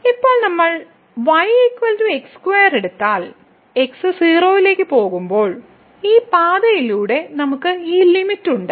ഇപ്പോൾ നമ്മൾ y x2 എടുത്താൽ x 0 ലേക്ക് പോകുമ്പോൾ ഈ പാതയിലൂടെ നമുക്ക് ഈ ലിമിറ്റ് ഉണ്ട്